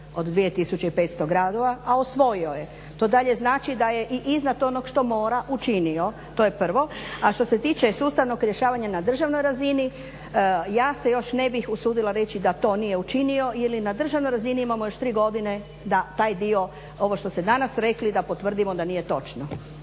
od 2500 gradova a osvojio je. To dalje znači da je i iznad onog što mora učinio, to je prvo. A što se tiče sustavnog rješavanja na državnoj razini, ja se još ne bih usudila reći da to nije učinio ili na državnoj razini imamo još tri godine da taj dio, ovo što ste danas rekli da potvrdimo da nije točno.